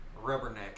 Rubberneck